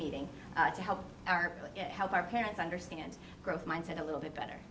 meeting to help help our parents understand growth mindset a little bit better